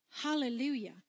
Hallelujah